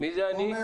יש הערות?